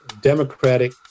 Democratic